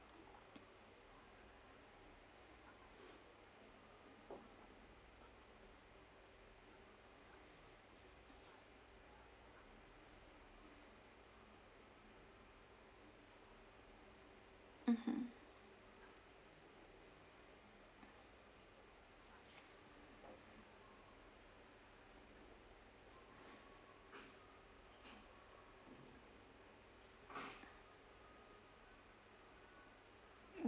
mmhmm